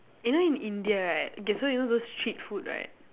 you know in India right okay so you know those street food right